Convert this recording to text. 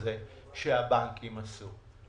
הזה שהבנקים עשו,